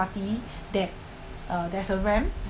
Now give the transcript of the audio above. party that uh there's a ramp